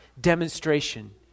demonstration